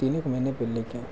तीन एक महीने पहले की